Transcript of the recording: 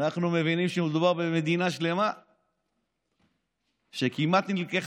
אנחנו מבינים שמדובר במדינה שלמה שכמעט נלקחה